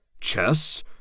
chess